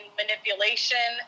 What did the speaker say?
manipulation